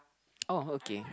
oh okay